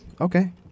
Okay